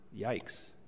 Yikes